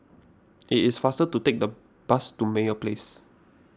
it is faster to take the bus to Meyer Place